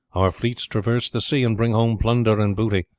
our fleets traverse the sea and bring home plunder and booty.